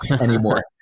anymore